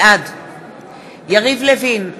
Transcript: בעד יריב לוין,